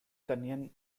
kenyan